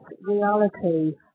reality